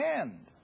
end